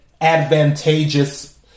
advantageous